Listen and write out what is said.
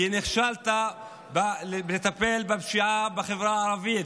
כי נכשלת בטיפול בפשיעה בחברה הערבית.